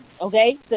okay